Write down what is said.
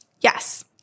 Yes